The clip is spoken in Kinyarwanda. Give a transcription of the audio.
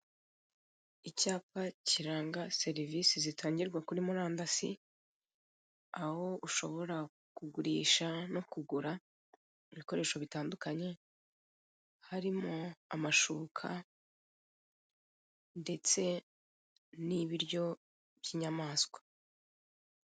Icyapa kiranga serivise zitangirwa kuri murandasi aho ushobora kugurisha no kugura ibikoresho bitandukanye harimo amashuka ndetse n'ibiryo by'inyamaswa.